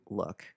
look